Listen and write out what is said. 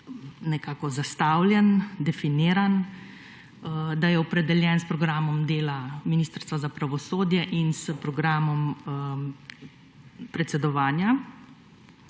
nekako zastavljen, definiran, da je opredeljen s programom dela Ministrstva za pravosodje in s programom predsedovanja